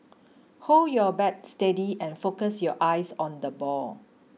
hold your bat steady and focus your eyes on the ball